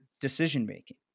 decision-making